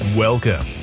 Welcome